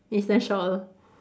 instant shawl